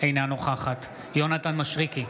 אינה נוכחת יונתן מישרקי,